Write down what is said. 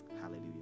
hallelujah